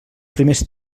primers